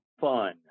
fun